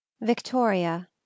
Victoria